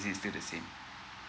still the same